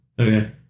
okay